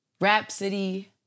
Rhapsody